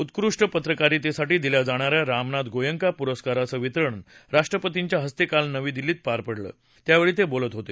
उत्कृष्ट पत्रकारितेसाठी दिल्या जाणाऱ्या रामनाथ गोएंका पुरस्काराचं वितरण राष्ट्रपतींच्या हस्ते काल नवी दिल्लीत झालं त्यावेळी ते बोलत होते